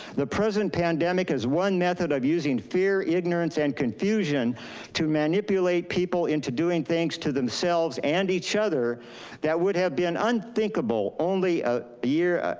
the present pandemic is one method of using fear, ignorance, and confusion to manipulate people into doing things to themselves and each other that would have been unthinkable only a year,